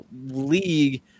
league